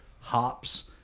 hops